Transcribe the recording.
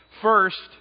First